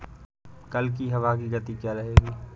कल की हवा की गति क्या रहेगी?